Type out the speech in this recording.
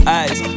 eyes